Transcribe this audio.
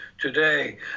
today